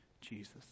Jesus